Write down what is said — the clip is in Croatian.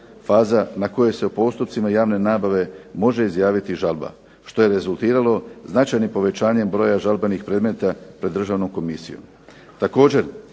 faza na koje se u postupcima javne nabave može izjaviti žalba što je rezultiralo značajnim povećanjem broja žalbenih predmeta pred Državnom komisijom.